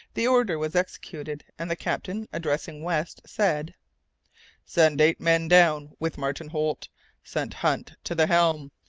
the order was executed, and the captain, addressing west, said send eight men down with martin holt send hunt to the helm.